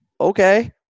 okay